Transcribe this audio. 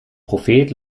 prophet